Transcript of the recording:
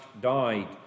died